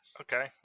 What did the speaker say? Okay